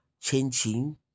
changing